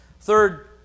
Third